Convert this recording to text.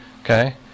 okay